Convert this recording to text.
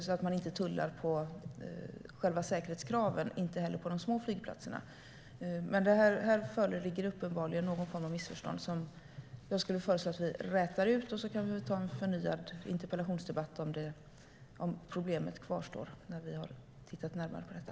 Man får inte tulla på säkerhetskraven, inte heller på de små flygplatserna. Men här föreligger uppenbarligen någon form av missförstånd som jag skulle föreslå att vi reder ut. Vi kan väl ta en förnyad interpellationsdebatt om problemet kvarstår när vi tittat närmare på detta.